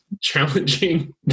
challenging